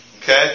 Okay